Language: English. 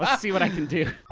but see what i can do.